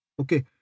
Okay